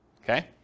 Okay